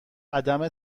عدم